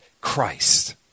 Christ